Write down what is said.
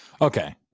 okay